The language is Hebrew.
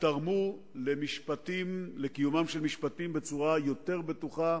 תרמה מאוד לקיום משפטים בצורה יותר בטוחה